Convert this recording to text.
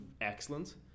excellent